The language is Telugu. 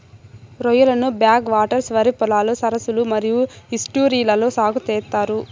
రొయ్యలను బ్యాక్ వాటర్స్, వరి పొలాలు, సరస్సులు మరియు ఈస్ట్యూరీలలో సాగు చేత్తారు